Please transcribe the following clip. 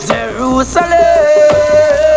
Jerusalem